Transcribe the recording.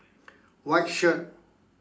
white shirt